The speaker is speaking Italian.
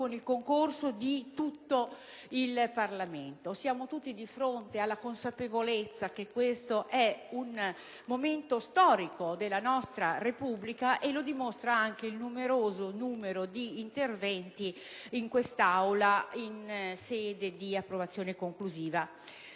con il concorso di tutto il Parlamento. Siamo consapevoli che questo è un momento storico della nostra Repubblica e lo dimostrano anche i numerosi interventi in quest'Aula in sede di approvazione conclusiva.